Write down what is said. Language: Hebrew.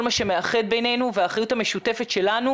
מה שמאחד בינינו והאחריות המשותפת שלנו,